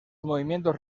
movimientos